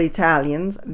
Italians